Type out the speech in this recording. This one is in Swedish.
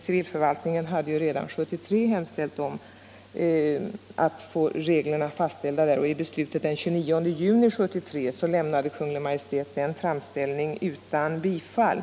Civilförvaltningen hade redan 1973 hemställt om att yrkestrafikförordningens regler skulle få tillämpas. I beslut den 23 juni 1973 lämnade Kungl. Maj:t den framställningen utan bifall.